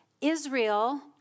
Israel